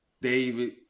David